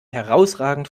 herausragend